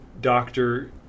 doctor